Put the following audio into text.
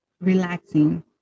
relaxing